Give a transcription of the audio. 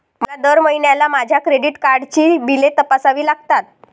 मला दर महिन्याला माझ्या क्रेडिट कार्डची बिले तपासावी लागतात